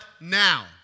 now